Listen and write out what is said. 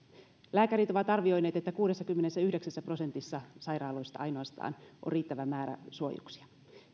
lääkärit ovat arvioineet että ainoastaan kuudessakymmenessäyhdeksässä prosentissa sairaaloista on riittävä määrä suojuksia